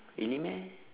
really meh